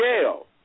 jail